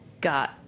got